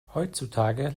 heutzutage